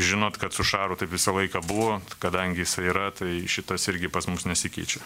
žinot kad su šaru taip visą laiką buvo kadangi jisai yra tai šitas irgi pas mus nesikeičia